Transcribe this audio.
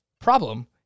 problem